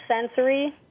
sensory